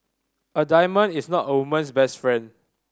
a diamond is not a woman's best friend